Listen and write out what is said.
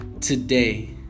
today